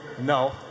No